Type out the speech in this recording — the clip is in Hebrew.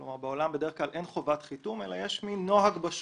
אין בעולם חובת חיתום, יש מן נוהג בשוק.